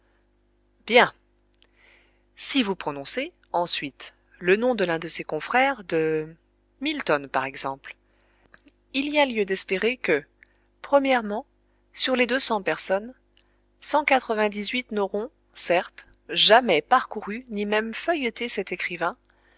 bien si vous prononcez ensuite le nom de l'un de ses confrères de milton par exemple il y a lieu d'espérer que sur les deux cents personnes cent quatre-vingt-dix-huit n'auront certes jamais parcouru ni même feuilleté cet écrivain